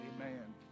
Amen